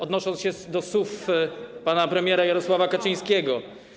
Odnoszę się do słów pana premiera Jarosława Kaczyńskiego.